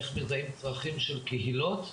איך מזהים צרכים של קהילות,